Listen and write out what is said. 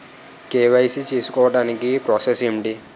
KYC చేసుకోవటానికి process ఏంటి?